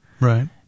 Right